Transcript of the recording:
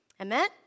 Amen